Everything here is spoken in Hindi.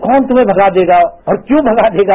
कौन तुम्हे भगा देगा और क्यों भगा देगा